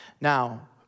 Now